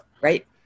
right